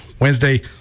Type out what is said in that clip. Wednesday